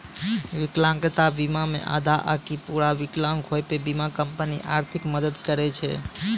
विकलांगता बीमा मे आधा आकि पूरा विकलांग होय पे बीमा कंपनी आर्थिक मदद करै छै